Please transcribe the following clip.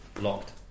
Locked